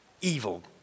Evil